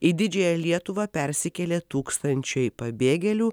į didžiąją lietuvą persikėlė tūkstančiai pabėgėlių